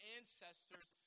ancestors